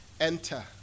Enter